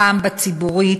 פעם בציבורית,